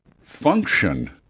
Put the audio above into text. function